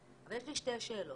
אבל יש לי שתי שאלות.